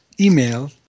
email